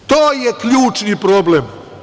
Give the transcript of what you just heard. To je ključni problem.